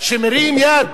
שמרים יד